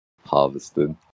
harvested